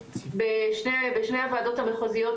בשני הוועדות המחוזיות,